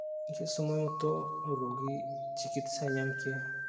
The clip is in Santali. ᱡᱮ ᱥᱚᱢᱚᱭ ᱢᱚᱛᱚ ᱨᱩᱜᱤ ᱪᱤᱠᱤᱛᱥᱟᱭ ᱧᱟᱢ ᱠᱮᱜᱼᱟᱭ